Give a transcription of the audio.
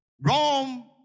Rome